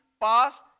past